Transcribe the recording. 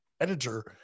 editor